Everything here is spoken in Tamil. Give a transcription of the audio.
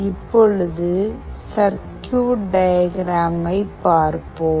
இப்போது சர்க்யூட் டயக்ராமை பார்ப்போம்